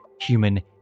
human